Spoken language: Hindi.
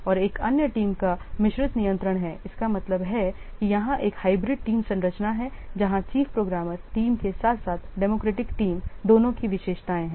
और एक अन्य टीम का मिश्रित नियंत्रण है इसका मतलब है कि यहाँ यह एक हाइब्रिड टीम संरचना है यहाँ चीफ प्रोग्रामर टीम के साथ साथ डेमोक्रेटिक टीम दोनों की विशेषताएं हैं